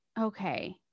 okay